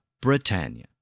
Britannia